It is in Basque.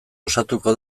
osatuko